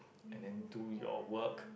and then do your work